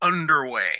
underway